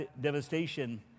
devastation